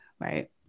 right